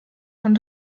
von